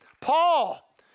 Paul